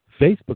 Facebook